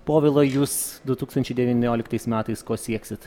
povilai jūs du tūkstančiai devynioliktais metais ko sieksit